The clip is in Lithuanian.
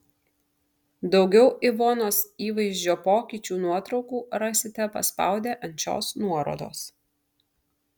daugiau ivonos įvaizdžio pokyčių nuotraukų rasite paspaudę ant šios nuorodos